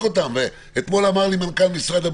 אותם אתמול אמר לי מנכ"ל משרד הבריאות,